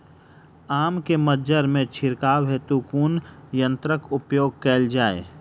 आम केँ मंजर मे छिड़काव हेतु कुन यंत्रक प्रयोग कैल जाय?